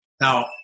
Now